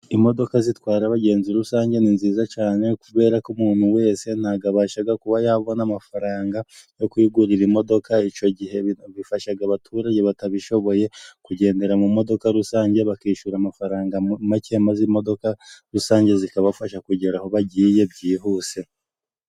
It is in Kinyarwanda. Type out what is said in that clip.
Imodoka zitwara abagenzi rusange ni nziza cyane, kubera ko umuntu wese, ntabasha kuba yabona amafaranga yo kwigurira imodoka, icyo gihe bifasha abaturage batabishoboye, kugendera mu modoka rusange, bakishyura amafaranga make, maze imodoka rusange, zikabafasha kugera aho bagiye byihuse.